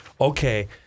Okay